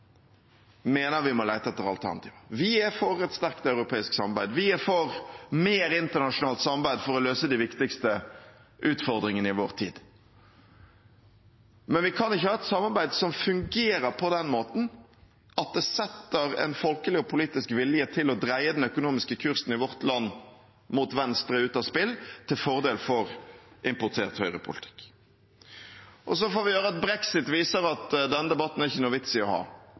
mener vi må lete etter alternativer. Vi er for et sterkt europeisk samarbeid, vi er for mer internasjonalt samarbeid for å løse de viktigste utfordringene i vår tid, men vi kan ikke ha et samarbeid som fungerer på den måten at det setter en folkelig og politisk vilje til å dreie den økonomiske kursen i vårt land mot venstre, ut av spill, til fordel for importert høyrepolitikk. Så får vi høre at brexit viser at denne debatten er det ikke noen vits i å ha.